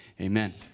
Amen